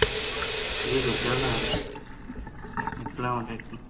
ٹھیک ہے چل ٹھیک ہے چل رہا ہے السلام علیکم